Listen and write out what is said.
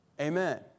Amen